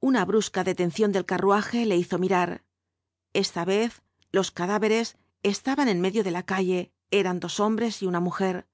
una brusca detención del carruaje le hizo mirar esta vez los cadáveres estaban en medio de la calle eran dos hombres y una mujer